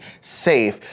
safe